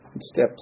step